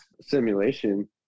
simulation